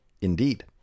Indeed